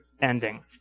ending